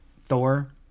Thor